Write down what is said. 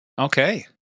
okay